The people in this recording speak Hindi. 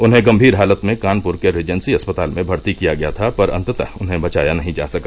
उन्हें गम्भीर हालत में कानपुर के रीजेंसी अस्पताल में भर्ती किया गया था पर अन्ततः उन्हें बचाया नहीं जा सका